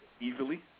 easily